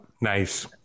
Nice